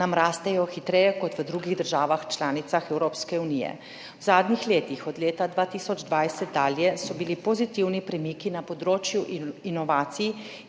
nam rastejo hitreje kot v drugih državah članicah Evropske unije. V zadnjih letih od leta 2020 dalje so bili pozitivni premiki na področju inovacij